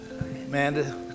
Amanda